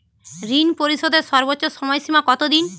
ঋণ পরিশোধের সর্বোচ্চ সময় সীমা কত দিন?